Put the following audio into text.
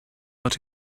but